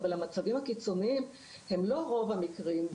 אבל המצבים הקיצוניים הם לא רוב המקרים.